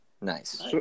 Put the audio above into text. Nice